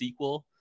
SQL